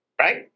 right